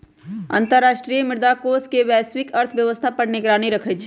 अंतर्राष्ट्रीय मुद्रा कोष वैश्विक अर्थव्यवस्था पर निगरानी रखइ छइ